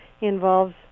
involves